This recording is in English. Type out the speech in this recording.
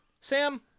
Sam